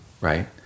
right